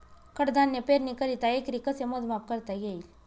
कडधान्य पेरणीकरिता एकरी कसे मोजमाप करता येईल?